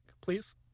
please